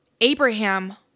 Abraham